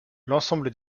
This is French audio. l’ensemble